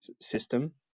System